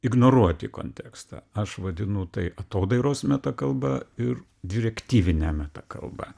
ignoruoti kontekstą aš vadinu tai atodairos metakalba ir direktyvine metakalba